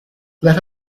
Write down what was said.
let